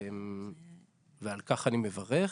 ועל כך אני מברך.